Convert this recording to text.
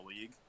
league